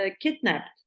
kidnapped